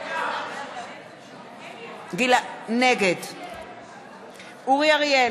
נגד אורי אריאל,